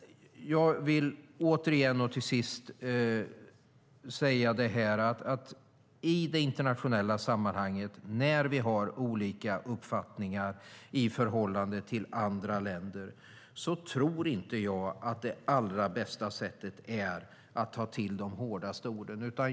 Jag vill återigen och till sist säga att i det internationella sammanhanget, när vi har olika uppfattningar i förhållande länder, tror jag inte att det bästa är att ta till de hårdaste orden.